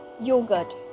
yogurt